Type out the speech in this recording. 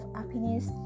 happiness